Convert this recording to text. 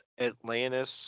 Atlantis